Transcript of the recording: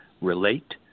Relate